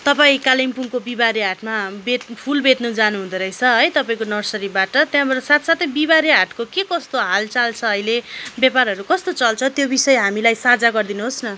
तपाईँ कालिम्पोङको बिहिबारे हाटमा बेच्नु फुल बेच्नु जानु हुँदोरहेछ है तपाईँको नर्सरीबाट त्यहाँबाट साथसाथै बिहिबारे हाटको के कस्तो हालचाल छ अहिले व्यापारहरू कस्तो चल्छ त्यो विषय हामीलाई साझा गरिदिनु होस् न